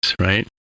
right